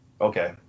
okay